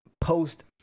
Post